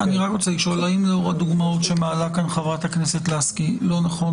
האם לאור הדוגמאות שמעלה כאן חברת הכנסת לסקי לא נכון